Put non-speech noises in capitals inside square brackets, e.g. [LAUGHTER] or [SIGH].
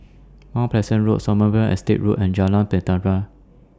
Mount Pleasant Road Sommerville Estate Road and Jalan [UNINTELLIGIBLE]